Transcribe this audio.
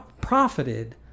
profited